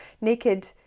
Naked